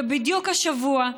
ובדיוק השבוע,